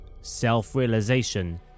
Self-Realization